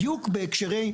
בדיוק בהקשרי,